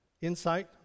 Insight